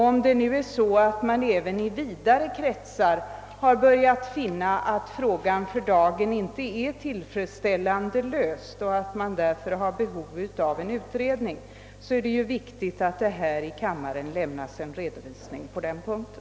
Om man nu i vidare kretsar börjat finna att frågan för dagen inte är tillfredsställande löst och att det därför föreligger behov av en utredning är det ju viktigt att det här i kammaren lämnas en redovisning på den punkten.